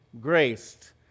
graced